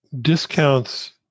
discounts